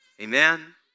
Amen